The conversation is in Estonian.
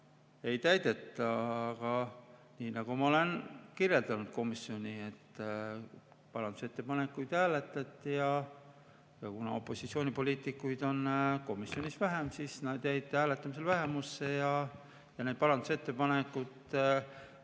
ei täideta. Aga nii nagu ma olen kirjeldanud, parandusettepanekuid hääletati ja kuna opositsioonipoliitikuid on komisjonis vähem, siis nad jäid hääletamisel vähemusse ja need parandusettepanekud